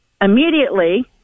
immediately